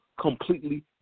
completely